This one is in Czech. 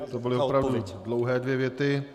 To byly opravdu dlouhé dvě věty.